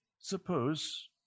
Suppose